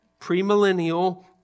premillennial